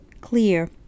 clear